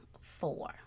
four